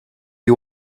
you